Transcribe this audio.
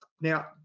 Now